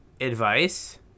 advice